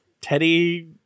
teddy